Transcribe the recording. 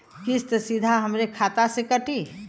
किस्त सीधा हमरे खाता से कटी?